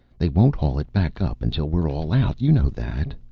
they won't haul it back up until we're all out. you know that.